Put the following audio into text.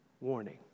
warning